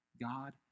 God